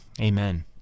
amen